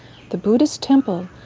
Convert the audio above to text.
the buddhist temple,